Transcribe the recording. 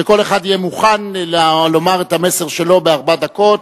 שכל אחד יהיה מוכן לומר את המסר שלו בארבע דקות.